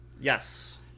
Yes